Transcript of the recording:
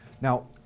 Now